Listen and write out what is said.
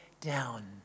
down